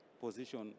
position